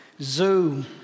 Zoom